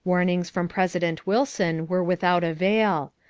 warnings from president wilson were without avail.